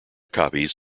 copies